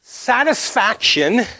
Satisfaction